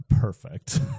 perfect